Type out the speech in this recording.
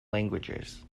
languages